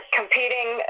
competing